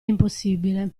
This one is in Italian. impossibile